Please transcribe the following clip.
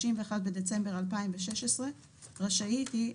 31 בדצמבר 2016. רשאית היא,